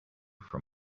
from